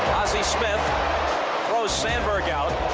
ozzie smith throws sandberg out.